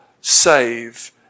save